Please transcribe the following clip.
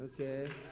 Okay